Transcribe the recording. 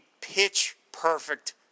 pitch-perfect